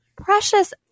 precious